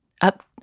up